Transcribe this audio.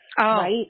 right